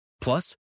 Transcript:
Plus